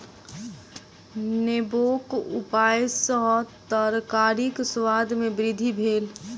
नेबोक उपयग सॅ तरकारीक स्वाद में वृद्धि भेल